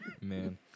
man